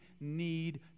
need